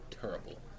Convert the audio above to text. Terrible